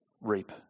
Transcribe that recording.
reap